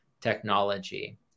technology